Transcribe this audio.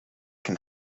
can